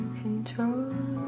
control